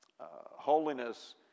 holiness